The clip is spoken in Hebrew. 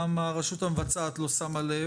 גם הרשות המבצעת לא שמה לה,